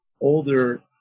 older